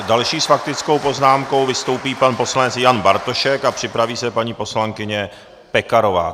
Další s faktickou poznámkou vystoupí poslanec Jan Bartošek a připraví se paní poslankyně Pekarová.